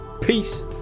Peace